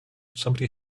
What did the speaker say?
somebody